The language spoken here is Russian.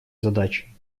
задачей